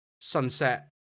sunset